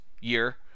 year